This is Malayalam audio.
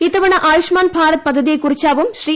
ഇത്തവണ ആയുഷ്മാൻ ഭാരത് പദ്ധതിയെക്കുറിച്ചാവും ശ്രീ